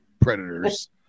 predators